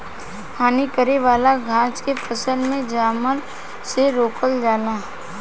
हानि करे वाला घास के फसल में जमला से रोकल जाला